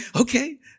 okay